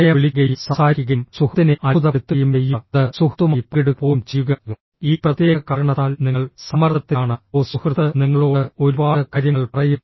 സമയം വിളിക്കുകയും സംസാരിക്കുകയും സുഹൃത്തിനെ അത്ഭുതപ്പെടുത്തുകയും ചെയ്യുക അത് സുഹൃത്തുമായി പങ്കിടുക പോലും ചെയ്യുക ഈ പ്രത്യേക കാരണത്താൽ നിങ്ങൾ സമ്മർദ്ദത്തിലാണ് ഓ സുഹൃത്ത് നിങ്ങളോട് ഒരുപാട് കാര്യങ്ങൾ പറയും